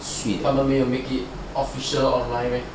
他们没有 make it official online meh